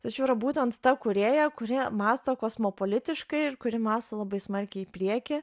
tačiau yra būtent ta kūrėja kurie mąsto kosmopolitiškai ir kuri mąsto labai smarkiai į priekį